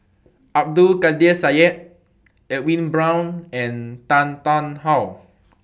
Abdul Kadir Syed Edwin Brown and Tan Tarn How